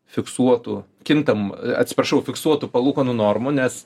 fiksuotų kintamų atsiprašau fiksuotų palūkanų normų nes